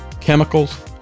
chemicals